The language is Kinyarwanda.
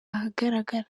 ahagaragara